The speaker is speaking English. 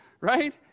right